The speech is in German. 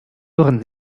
hören